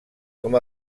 com